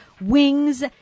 wings